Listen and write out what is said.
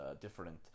different